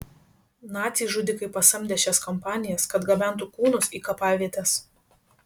naciai žudikai pasamdė šias kompanijas kad gabentų kūnus į kapavietes